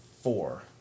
Four